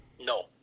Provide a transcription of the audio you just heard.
No